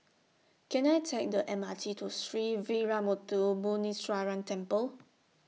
Can I Take The M R T to Sree Veeramuthu Muneeswaran Temple